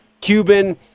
Cuban